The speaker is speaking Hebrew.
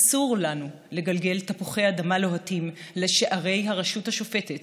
אסור לנו לגלגל תפוחי אדמה לוהטים לשערי הרשות השופטת